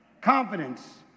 Confidence